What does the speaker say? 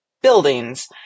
buildings